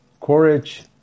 courage